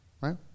right